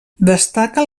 destaca